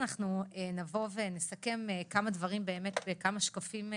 אנחנו נסכם כמה דברים בכמה שקפים.